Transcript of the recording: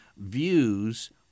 views